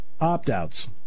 opt-outs